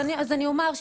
אז אני אומר,